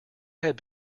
had